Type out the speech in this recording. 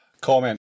Comment